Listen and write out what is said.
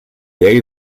llei